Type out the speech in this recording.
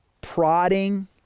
prodding